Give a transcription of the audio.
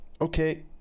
Okay